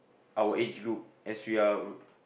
our age group as we are